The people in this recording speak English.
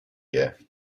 year